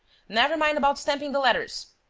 never mind about stamping the letters.